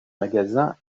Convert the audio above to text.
magasin